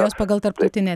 jos pagal tarptautinę